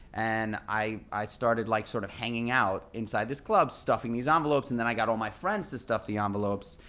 and i i started like sort of hanging out inside this club, stuffing these envelopes, and then i got all my friends to stuff the envelopes.